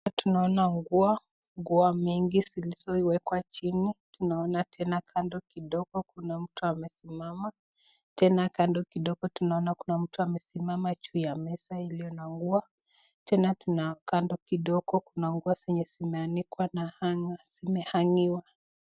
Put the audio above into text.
tunaona nguo, nguo mingi zilizo wekwa chini, tunaona tena kando kidogo kuna mtu amesimama, tena kando kidogo tunaona kuna mtu amesimama juu ya meza iliyo na ua, tena kando kidogo nguo zimeanikwa na [hanger] zimehangiwa.